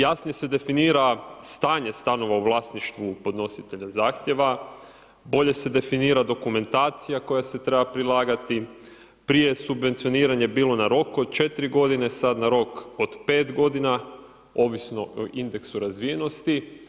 Jasnije se definira stanje stanova u vlasništvu podnositelja zahtjeva, bolje se definira dokumentacija koja se treba prilagati, prije je subvencioniranje na rok od 4 godine, sad na rok od 5 godina, ovisno o indeksu razvijenosti.